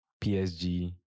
PSG